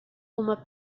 uma